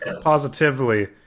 positively